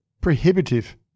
prohibitive